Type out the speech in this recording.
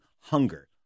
hunger